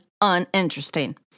uninteresting